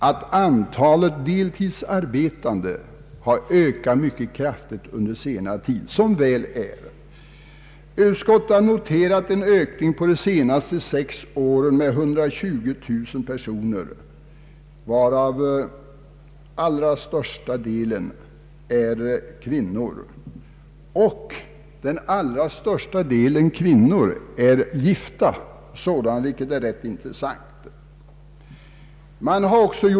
Antalet deltidsarbetande har under senare tid ökat mycket kraftigt — som väl är. Utskottet har noterat en ökning under de senaste sex åren med 120 000 personer, varav den allra största delen gifta kvinnor, vilket är rätt intressant.